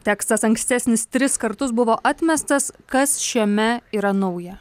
tekstas ankstesnis tris kartus buvo atmestas kas šiame yra nauja